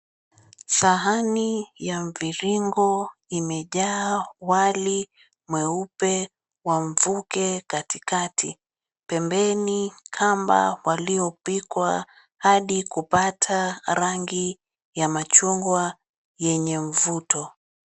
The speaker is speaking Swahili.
Sahani ya mviringo imejaa wali mweupe wa mvuke katikati. Pembeni kamba waliopikwa hadi kupata rangi ya mcahungwa yenye mvuto.